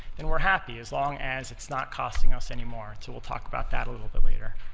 then we're happy, as long as it's not costing us any more. so we'll talk about that a little bit later.